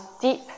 deep